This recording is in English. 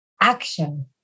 action